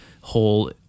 whole